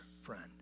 friend